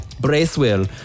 Bracewell